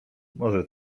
może